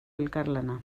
elkarlana